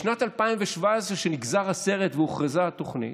בשנת 2017, כשנגזר הסרט והוכרזה התוכנית,